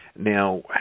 Now